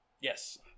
Yes